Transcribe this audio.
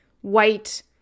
white